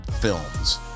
films